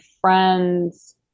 friends